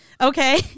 Okay